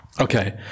Okay